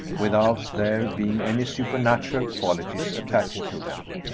without there being any supernatural qualities attached to them.